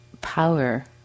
power